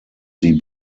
sie